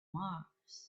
mars